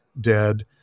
dead